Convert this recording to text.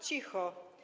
Cicho.